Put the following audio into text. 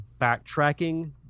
backtracking